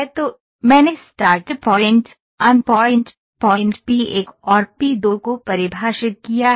तो मैंने start point and point point P 1 और पी 2 को परिभाषित किया है